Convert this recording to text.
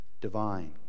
divine